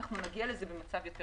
נגיע לזה במצב יותר טוב.